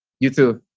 you too